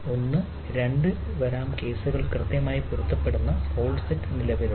ഒന്ന് 2 വരാം കേസുകൾ കൃത്യമായി പൊരുത്തപ്പെടുന്ന റോൾ സെറ്റ് നിലവിലുള്ള